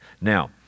Now